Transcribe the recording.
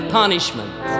punishment